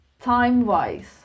time-wise